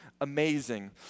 Amazing